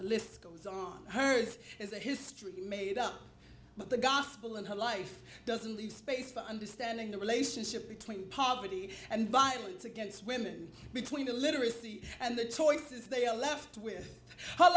list goes on hers is a history made up but the gospel in her life doesn't leave space for understanding the relationship between poverty and violence against women between illiteracy and the choices they are left with her